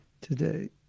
today